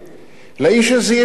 לאיש הזה יש גם ילדים,